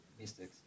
mistakes